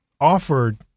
offered